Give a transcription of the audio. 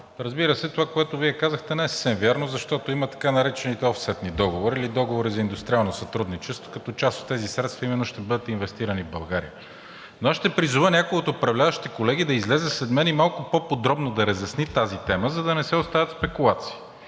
Разбира се, това, което Вие казахте, не е съвсем вярно, защото има така наречените офсетни договори или договори за индустриално сътрудничество, като част от тези средства именно ще бъдат инвестирани в България. Но аз ще призова някой от управляващите колеги да излезе след мен и малко по-подробно да разясни тази тема, за да не се оставят спекулации.